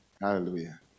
Hallelujah